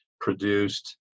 produced